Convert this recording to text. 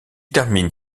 termine